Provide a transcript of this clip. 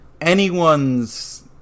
anyone's